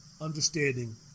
understanding